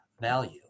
value